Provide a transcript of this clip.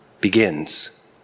begins